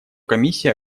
комиссия